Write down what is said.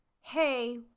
hey